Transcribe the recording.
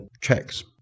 checks